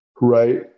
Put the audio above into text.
right